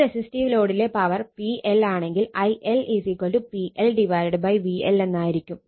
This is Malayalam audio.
ഈ റസിസ്റ്റീവ് ലോഡിലെ പവർ PL ആണെങ്കിൽ IL PL VL എന്നായിരിക്കും